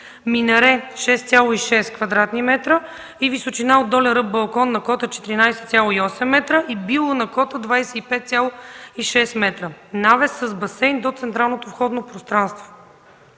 минаре – 6,6 кв. м, височина от долен ръб балкон на кота 14,8 м и било на кота – 25,6 метра. Навес с басейн – до централното входно пространство.